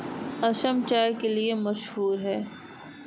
असम चाय के लिए मशहूर है